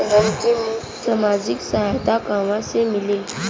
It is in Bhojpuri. सामाजिक सहायता कहवा से मिली?